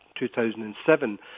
2007